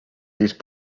these